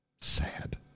sad